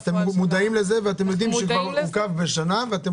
אתם מודעים לכך ואתם יודעים שזה כבר עוכב בשנה ואתם